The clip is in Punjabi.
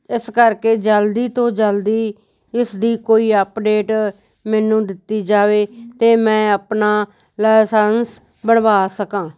ਇਸ ਕਰਕੇ ਜਲਦੀ ਤੋਂ ਜਲਦੀ ਇਸ ਦੀ ਕੋਈ ਅਪਡੇਟ ਮੈਨੂੰ ਦਿੱਤੀ ਜਾਵੇ ਅਤੇ ਮੈਂ ਆਪਣਾ ਲਾਇਸੰਸ ਬਣਵਾ ਸਕਾਂ